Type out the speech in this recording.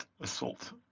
assault